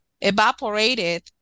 evaporated